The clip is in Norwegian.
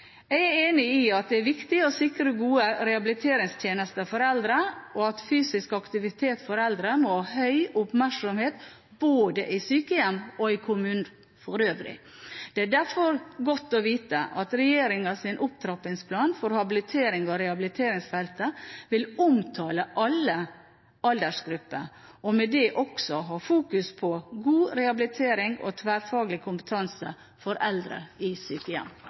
Jeg er enig i at det er viktig å sikre gode rehabiliteringstjenester for eldre, og at fysisk aktivitet for eldre må ha høy oppmerksomhet både i sykehjem og i kommunen for øvrig. Det er derfor godt å vite at regjeringens opptrappingsplan for habiliterings- og rehabiliteringsfeltet vil omtale alle aldersgrupper – og med det også fokusere på god rehabilitering og tverrfaglig kompetanse for eldre i sykehjem.